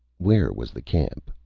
where was the camp?